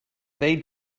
they